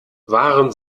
waren